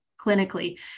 clinically